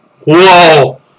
Whoa